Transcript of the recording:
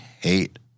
hate